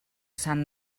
sant